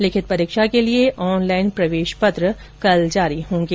लिखित परीक्षा के लिए आनलाइन प्रवेश पत्र कल जारी होंगे